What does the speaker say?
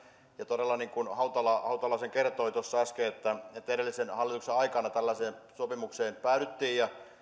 todella niin kuin hautala hautala sen tuossa äsken kertoi edellisen hallituksen aikana tällaiseen sopimukseen päädyttiin